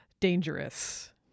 dangerous